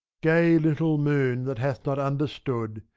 gay little moon, that hath not understood!